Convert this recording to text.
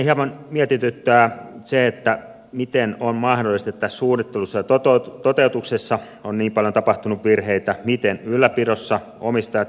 itseäni hieman mietityttää se miten on mahdollista että suunnittelussa ja toteutuksessa on niin paljon tapahtunut virheitä miten ylläpidossa omistajat